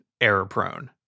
error-prone